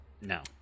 No